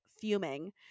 fuming